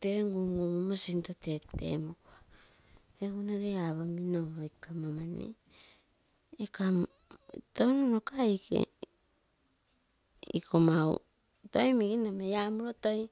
lee ngangu munmo sinto tetemung egu nege apomino iko amo touno nokaike iko mau yoi miginomei.